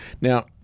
Now